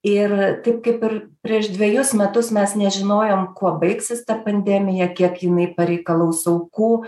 ir taip kaip ir prieš dvejus metus mes nežinojom kuo baigsis ta pandemija kiek jinai pareikalaus aukų